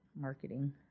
marketing